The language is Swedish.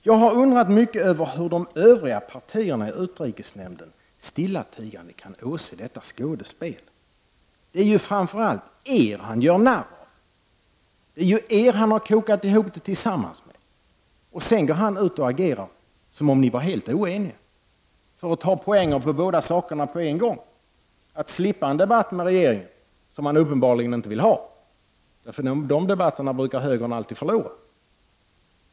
Jag har mycket undrat över hur de övriga partierna i utrikesnämnden stillatigande kan åse detta skådespel. Det är framför allt er han gör narr av. Det är ju er han har kokat ihop detta tillsammans med, och sedan går han ut och agerar som om ni var helt oeniga för att ta poäng på båda sakerna på en gång; att slippa en debatt med regeringen som han uppenbarligen inte vill ha, eftersom högern brukar förlora de debatterna.